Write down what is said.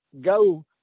go